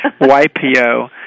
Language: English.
YPO